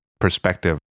perspective